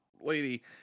lady